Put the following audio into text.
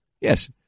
Yes